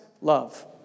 love